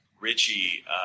Richie